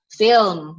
film